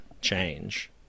change